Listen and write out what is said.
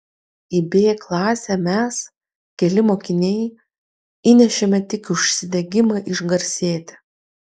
į b klasę mes keli mokiniai įnešėme tik užsidegimą išgarsėti